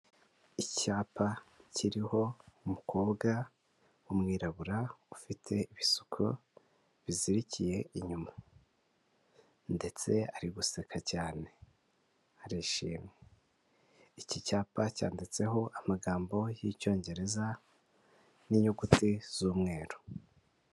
Icyapa kiriho umukobwa w'umwirabura ufite ibisuko bizirikiye inyuma, ndetse ari guseka cyane, arishimye, iki cyapa cyanditseho amagambo y'icyongereza n'inyuguti z'umweru.